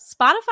spotify